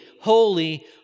holy